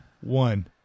one